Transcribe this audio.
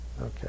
Okay